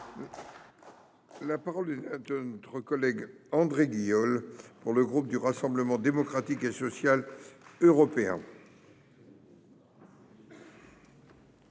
La parole de notre collègue André guignol. Pour le groupe du Rassemblement démocratique et social européen.